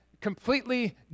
completely